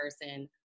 person